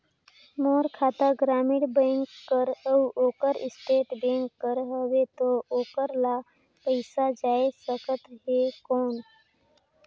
मोर खाता ग्रामीण बैंक कर अउ ओकर स्टेट बैंक कर हावेय तो ओकर ला पइसा जा सकत हे कौन?